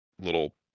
little